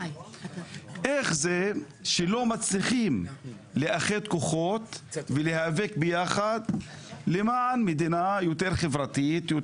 איך זה שלא מצליחים לאחד כוחות ולהיאבק ביחד למען מדינה יותר חברתית,